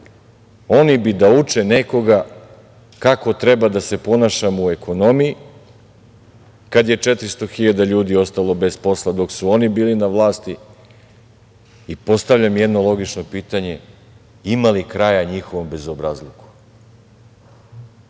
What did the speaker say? oni bi da uče nekoga kako treba da se ponašamo u ekonomiji kad je 400 hiljada ljudi ostalo bez posla dok su oni bili na vlasti. Postavljam jedno logično pitanje, ima li kraja njihovom bezobrazluku? Rešili